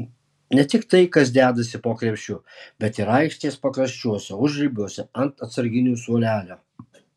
ne tik tai kas dedasi po krepšiu bet ir aikštės pakraščiuose užribiuose ant atsarginių suolelio